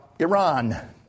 Iran